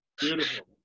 Beautiful